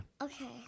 Okay